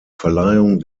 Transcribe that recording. verleihung